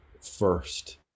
first